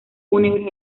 fúnebres